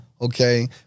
Okay